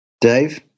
Dave